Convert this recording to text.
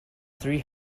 three